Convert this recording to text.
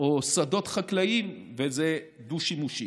או שדות חקלאיים, וזה דו-שימושי.